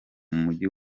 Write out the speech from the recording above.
mujyi